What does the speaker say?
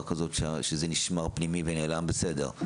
כזאת שזה נשמר פנימי ונעלם בסדר,